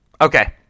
Okay